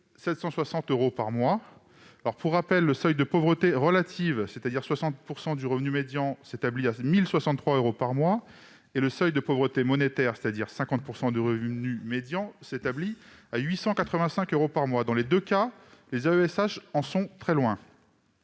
760 euros par mois. Pour rappel, le seuil de pauvreté relative, qui correspond à 60 % du revenu médian, s'établit à 1 063 euros par mois, et le seuil de pauvreté monétaire qui est fixé, lui, à 50 % du revenu médian s'élève à 885 euros par mois. Dans les deux cas, les AESH en sont très loin.